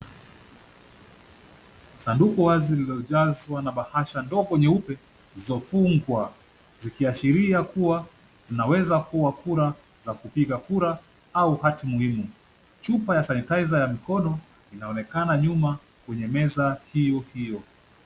Sanduku wazi lililojazwa na bahasha ndogo nyeupe zofungwa, zikiashiria kuwa zinaweza kuwa kura za kupiga kura au hati muhimu. Chupa ya sanitizer ya mkono inaonekana nyuma kwenye meza hiyohiyo.